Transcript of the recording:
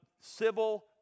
civil